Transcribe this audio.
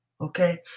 Okay